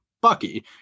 Bucky